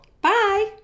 Bye